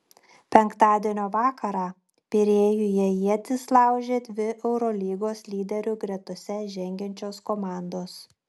penktadienio vakarą pirėjuje ietis laužė dvi eurolygos lyderių gretose žengiančios komandos